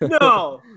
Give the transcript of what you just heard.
No